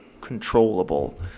controllable